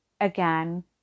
again